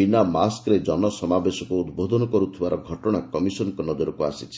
ବିନା ମାସ୍କ୍ରେ ଜନସମାବେଶକୁ ଉଦ୍ବୋଧନ କର୍ତ୍ରିଥିବାର ଘଟଣା କମିଶନ୍ଙ୍କ ନଜରକୁ ଆସିଛି